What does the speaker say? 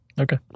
Okay